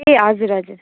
ए हजुर हजुर